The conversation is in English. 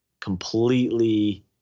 completely